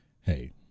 Hey